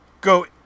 Go